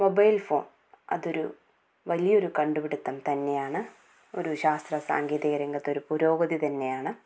mobile phone അതൊരു വലിയൊരു കണ്ടുപിടിത്തം തന്നെയാണ് ഒരു ശാസ്ത്രസാങ്കേതിക രംഗത്ത് ഒരു പുരോഗതി തന്നെയാണ്